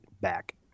back